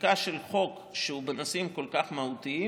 לחקיקה של חוק שהוא בנושאים כל כך מהותיים,